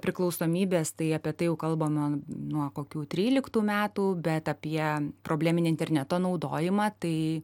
priklausomybės tai apie tai jau kalba man nuo kokių tryliktų metų bet apie probleminį interneto naudojimą tai